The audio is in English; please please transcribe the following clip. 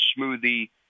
smoothie